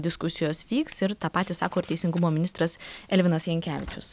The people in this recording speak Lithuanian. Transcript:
diskusijos vyks ir tą patį sako ir teisingumo ministras elvinas jankevičius